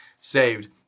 saved